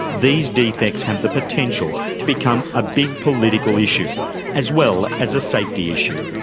these defects have the potential to become a big political issue as well as a safety issue.